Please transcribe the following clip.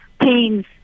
pains